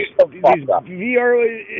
VR